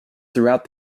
throughout